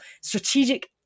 strategic